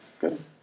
good